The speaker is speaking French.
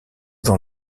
dans